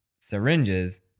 syringes